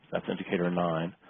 that's indicator nine.